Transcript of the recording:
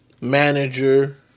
manager